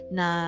na